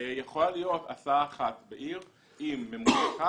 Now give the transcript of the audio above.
יכולה להיות הסעה אחת בעיר עם ממונה אחד